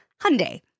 Hyundai